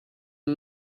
you